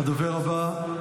הדובר הבא,